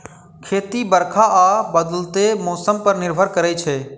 खेती बरखा आ बदलैत मौसम पर निर्भर करै छै